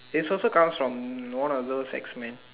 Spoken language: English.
it's also comes from one of those X men